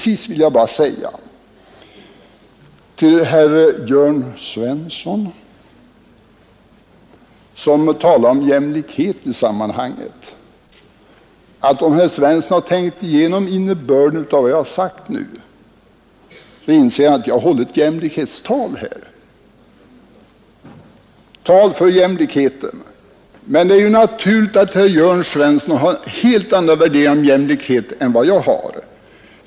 Sedan vill jag bara säga till herr Jörn Svensson, som talade om jämlikhet i sammanhanget, att om herr Svensson har tänkt igenom innebörden av vad jag sagt nu så inser han att jag har hållit ett tal för jämlikheten. Men det är naturligt att herr Jörn Svensson har helt andra värderingar när det gäller jämlikhet än vad jag har.